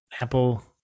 Apple